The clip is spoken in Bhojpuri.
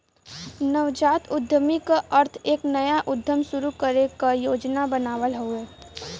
नवजात उद्यमी क अर्थ एक नया उद्यम शुरू करे क योजना बनावल हउवे